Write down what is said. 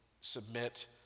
submit